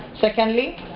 Secondly